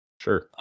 Sure